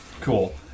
Cool